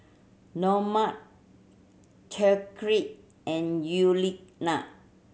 Normand and Yuliana